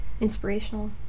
inspirational